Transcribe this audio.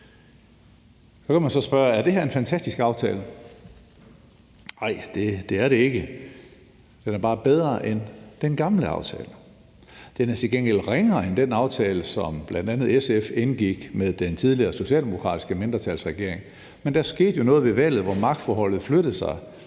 Så vil man måske spørge, om det her er en fantastisk aftale. Nej, det er det ikke, men den er bare bedre end den gamle aftale. Den er til gengæld ringere end den aftale, som bl.a. SF indgik med den tidligere socialdemokratiske mindretalsregering, men der skete jo noget ved valget i 2022, hvor magtforholdet flyttede sig.